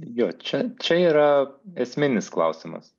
jo čia čia yra esminis klausimas